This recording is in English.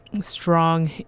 strong